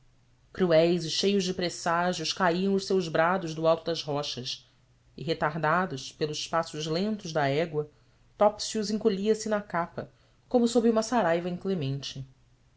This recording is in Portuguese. e cheios de presságios caíam os seus brados do alto das rochas e retardado pelos passos lentos da égua topsius encolhia se na capa como sob uma saraiva inclemente